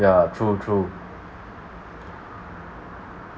ya true true